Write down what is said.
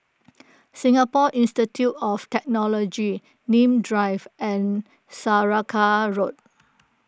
Singapore Institute of Technology Nim Drive and Saraca Road